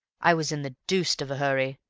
i was in the deuce of a hurry,